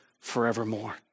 forevermore